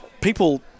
People